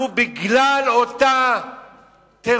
אנחנו, בגלל אותו טרור,